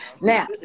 Now